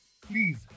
please